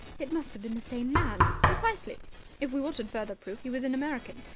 it must have been the same man. precisely if we wanted further proof, he was an american.